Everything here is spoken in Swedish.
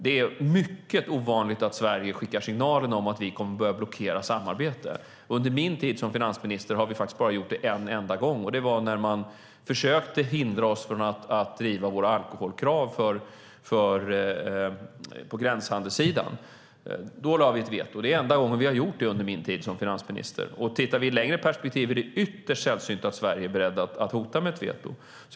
Det är mycket ovanligt att Sverige skickar signaler om att vi kommer att börja blockera samarbete. Under min tid som finansminister har vi bara gjort det en enda gång, och det var när man försökte hindra oss från att driva våra alkoholkrav på gränshandelssidan. Då lade vi in veto. Tittar vi i ett längre perspektiv är det ytterst sällsynt att Sverige är berett att hota med veto.